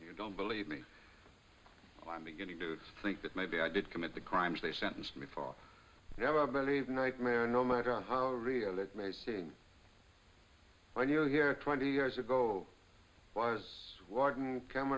you don't believe me i'm beginning to think that maybe i did commit the crimes they sentenced me for never believe a nightmare no matter how realist may seem when you are here twenty years ago was warden came